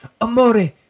Amore